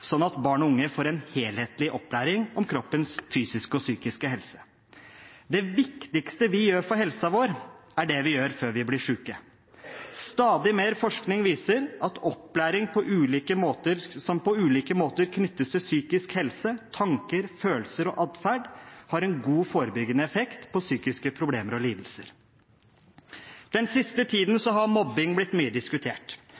at barn og unge får en helhetlig opplæring om kroppens fysiske og psykiske helse. Det viktigste vi gjør for helsen vår, er det vi gjør før vi blir syke. Stadig mer forskning viser at opplæring som på ulike måter knyttes til psykisk helse, tanker, følelser og atferd, har en god forebyggende effekt på psykiske problemer og lidelser. Den siste tiden